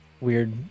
weird